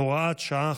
הוראת שעה,